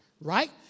right